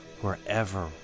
Wherever